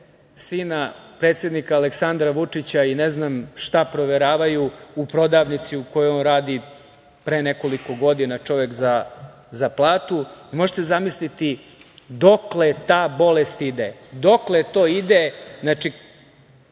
sina predsednika Aleksandra Vučića i ne znam šta proveravaju u prodavnici u kojoj on radi pre nekoliko godina, čovek, za platu. Možete zamisliti dokle ta bolest ide. Dokle to ide u